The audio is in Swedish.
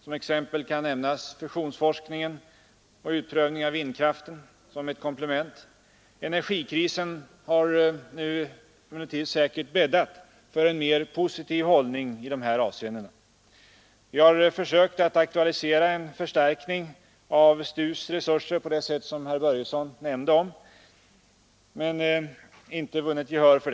Som exempel kan nämnas våra förslag om större resurstilldelning till fusionsforskning och utprövning av vindkraften. Energikrisen har emellertid säkert bäddat för en mera positiv hållning i dessa avseenden. Vi har försökt att redan nu aktualisera en förstärkning av STU ss resurser på det sätt som herr Börjesson nämnde men inte vunnit gehör för.